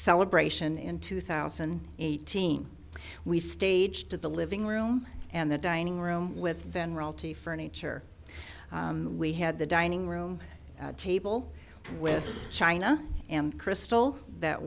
celebration in two thousand and eighteen we staged in the living room and the dining room with general t furniture we had the dining room table with china and crystal that